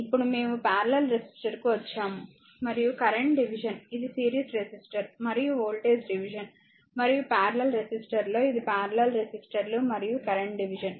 ఇప్పుడు మేము పారలెల్ రెసిస్టర్కు వచ్చాము మరియు కరెంట్ డివిజన్ ఇది సిరీస్ రెసిస్టర్ మరియు వోల్టేజ్ డివిజన్ మరియు పారలెల్ రెసిస్టర్లో ఇది పారలెల్ రెసిస్టర్లు మరియు కరెంట్ డివిజన్